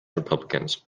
republicans